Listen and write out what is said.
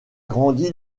grandi